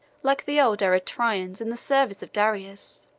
like the old eretrians in the service of darius.